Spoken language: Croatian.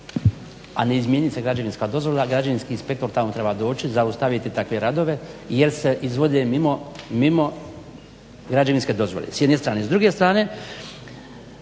a ne izmjeni se građevinska dozvola građevinski inspektor tamo treba doći, zaustaviti takve radove jer se izvode mimo građevinske dozvole s jedne strane. S druge strane